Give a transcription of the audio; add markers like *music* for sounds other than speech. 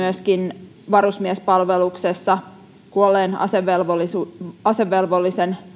*unintelligible* myöskin varusmiespalveluksessa kuolleen asevelvollisen